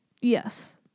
yes